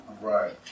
right